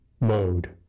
mode